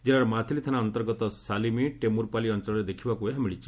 କିଲ୍ଲାର ମାଥିଲି ଥାନା ଅନ୍ତର୍ଗତ ସାଲିମି ଟେମୁର୍ପାଲ୍କା ଅଂଚଳରେ ଦେଖିବାକୁ ଏହା ମିଳଛି